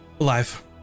alive